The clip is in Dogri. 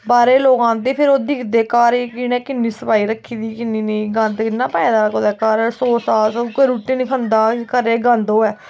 बाह्रै दे लोग आंदे फिर ओह् दिखदे कि इ'न्नै किन्नी सफाई रक्खी दी किन्नी नेईं गंदा इ'न्ना पाए दा कुदै घर रसोऽ रसाऽ साफ सूफ कोई रुट्टी नी खंदा घरै च गंदे होऐ